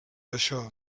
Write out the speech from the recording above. això